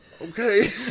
okay